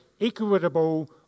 equitable